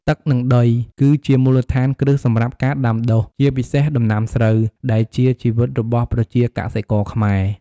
ទឹក និងដី គឺជាមូលដ្ឋានគ្រឹះសម្រាប់ការដាំដុះ ជាពិសេសដំណាំស្រូវ ដែលជាជីវិតរបស់ប្រជាកសិករខ្មែរ។